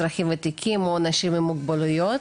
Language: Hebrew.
אזרחים ותיקים או אנשים עם מוגבלויות,